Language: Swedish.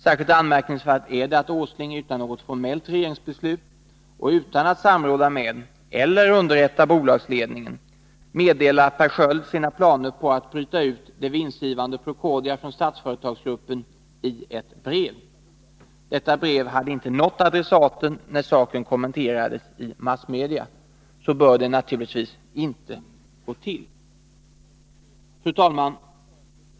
Särskilt anmärkningsvärt är det att Åsling utan något formellt regeringsbeslut och utan att samråda med eller Nr 154 underräta bolagsledningen, i ett brev meddelar Per Sköld sina planer på att Onsdagen den bryta ut det vinstgivande Procordia från Statsföretagsgruppen. Detta brev 25 maj 1983 hadeiinte nått adressaten, när saken kommenterades i massmedia. Så bör det inte gå till. Granskning av Fru talman!